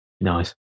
Nice